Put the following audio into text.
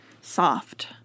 soft